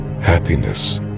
Happiness